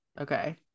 Okay